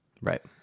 Right